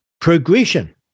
Progression